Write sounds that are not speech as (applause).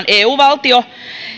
(unintelligible) eu valtio